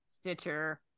Stitcher